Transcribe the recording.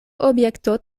objekto